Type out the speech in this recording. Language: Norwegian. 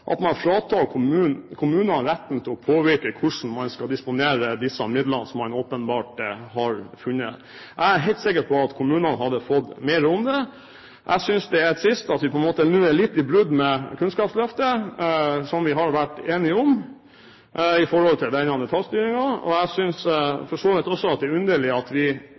at man fratar kommunene retten til å påvirke hvordan man skal disponere disse midlene som man åpenbart har funnet. Jeg er helt sikker på at kommunene hadde fått mer ut av dem. Jeg synes det er trist at vi nå på en måte bryter litt med Kunnskapsløftet, som vi har vært enige om, når det gjelder denne detaljstyringen. Jeg synes også at det er underlig at flertallet velger å lovfeste dette i dag, til tross for at vi